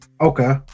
Okay